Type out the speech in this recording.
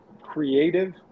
creative